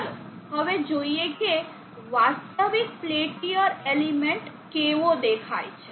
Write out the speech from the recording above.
ચાલો હવે જોઈએ કે વાસ્તવિક પેલ્ટીયર એલિમેન્ટ કેવો દેખાય છે